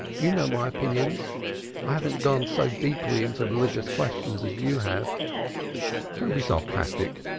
you know my opinions i haven't gone so deeply into religious questions as you have don't be sarcastic,